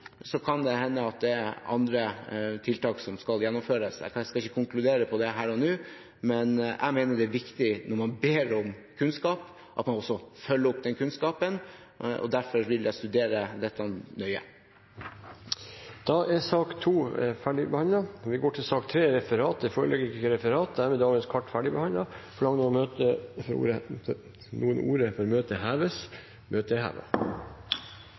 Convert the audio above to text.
kan det hende at det er andre tiltak som skal gjennomføres. Jeg skal ikke konkludere på det her og nå, men jeg mener det er viktig når man ber om kunnskap, at man også følger opp den kunnskapen. Derfor vil jeg studere dette nøye. Sak nr. 2 er dermed ferdigbehandlet. Det foreligger ikke noe referat. Dermed er dagens kart ferdigbehandlet. Forlanger noen ordet før møtet heves? – Møtet er